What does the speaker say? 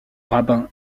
rabbin